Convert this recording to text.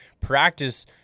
practice